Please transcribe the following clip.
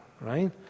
Right